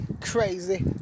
crazy